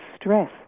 stress